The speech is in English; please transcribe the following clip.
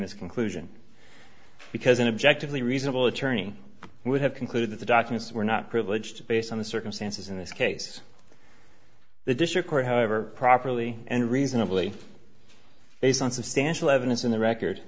this conclusion because an objective lee reasonable attorney would have concluded that the documents were not privileged based on the circumstances in this case the district court however properly and reasonably based on substantial evidence in the record